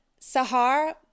Sahar